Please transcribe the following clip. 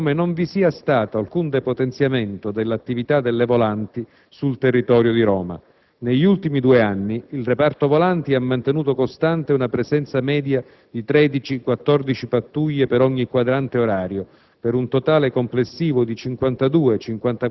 Tengo tuttavia a sottolineare subito come non vi sia stato alcun depotenziamento dell'attività delle volanti sul territorio di Roma. Negli ultimi due anni, il reparto volanti ha mantenuto costante una presenza media di 13-14 pattuglie per ogni quadrante orario,